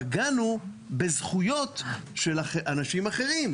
פגענו בזכויות של אנשים אחרים.